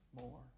more